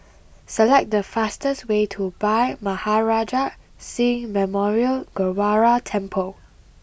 select the fastest way to Bhai Maharaj Singh Memorial Gurdwara Temple